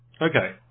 Okay